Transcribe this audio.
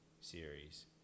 series